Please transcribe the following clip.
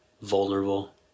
vulnerable